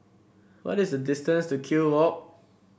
what is the distance to Kew Walk